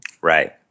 Right